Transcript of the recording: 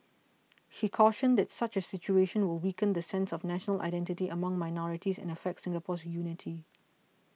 he cautioned that such a situation will weaken the sense of national identity among minorities and affect Singapore's unity